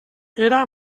era